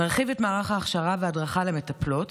נרחיב את מערך ההכשרה וההדרכה למטפלות,